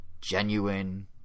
genuine